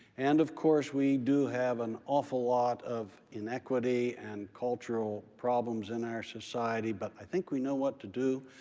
and of course, we do have an awful lot of inequity and cultural problems in our society, but i think we know what to do.